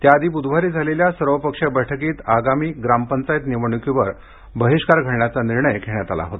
त्या आधी बूधवारी झालेल्या सर्वपक्षीय बैठकीत आगामी ग्रामपंचायत निवडणुकीवर बहिष्कार घालण्याचा निर्णय घेण्यात आला होता